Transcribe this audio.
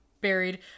buried